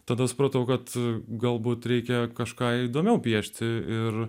tada supratau kad galbūt reikia kažką įdomiau piešti ir